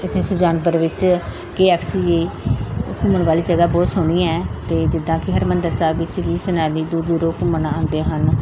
ਇੱਥੇ ਸੁਜਾਨਪੁਰ ਵਿੱਚ K F C ਘੁੰਮਣ ਵਾਲੀ ਜਗ੍ਹਾ ਬਹੁਤ ਸੋਹਣੀ ਹੈ ਅਤੇ ਜਿੱਦਾਂ ਕਿ ਹਰਿਮੰਦਰ ਸਾਹਿਬ ਵਿੱਚ ਵੀ ਸੈਲਾਨੀ ਦੂਰੋਂ ਦੂਰੋਂ ਘੁੰਮਣ ਆਉਂਦੇ ਹਨ